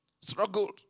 struggled